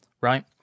Right